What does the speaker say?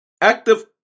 Active